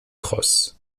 cross